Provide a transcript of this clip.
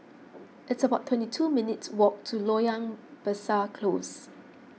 it's about twenty two minutes' walk to Loyang Besar Close